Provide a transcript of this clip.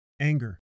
anger